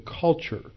culture